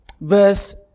Verse